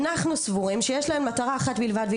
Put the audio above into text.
אנחנו סבורים שלרשימות האלה יש מטרה אחת בלבד,